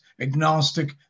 agnostic